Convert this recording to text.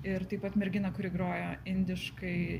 ir taip pat merginą kuri grojo indiškai